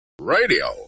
Radio